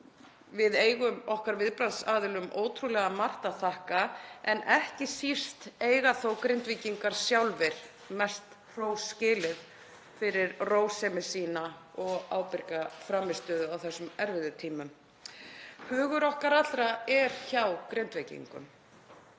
Við eigum okkar viðbragðsaðilum ótrúlega margt að þakka en ekki síst eiga Grindvíkingar sjálfir mest hrós skilið fyrir rósemi sína og ábyrga frammistöðu á þessum erfiðu tímum. Hugur okkar allra er hjá Grindvíkingum.